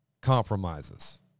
compromises